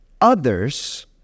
others